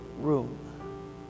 room